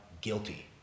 guilty